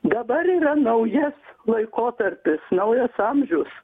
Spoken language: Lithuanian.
dabar yra naujas laikotarpis naujas amžius